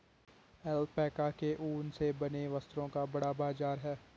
alpaca के ऊन से बने वस्त्रों का बड़ा बाजार है